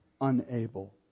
unable